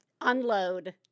unload